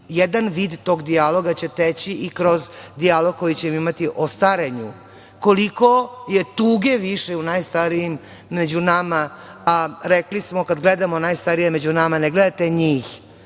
jedan vid tog dijaloga će teći i kroz dijalog koji ćemo imati o starenju. Koliko je tuge više u najstarijim među nama a rekli smo, kad gledamo najstarije među nama, ne gledate njih,